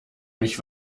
mich